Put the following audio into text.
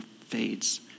fades